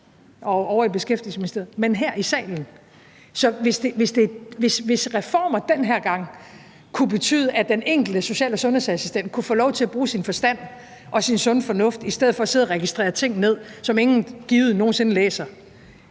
ovre i Beskæftigelsesministeriet, men også her i salen. Hvis reformer den her gang kunne betyde, at den enkelte social- og sundhedsassistent kunne få lov til at bruge sin forstand og sin sunde fornuft i stedet for at sidde og registrere ting ned, som givet ingen nogensinde læser,